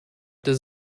does